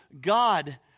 god